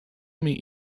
meet